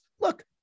look